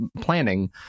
planning